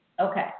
Okay